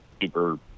Super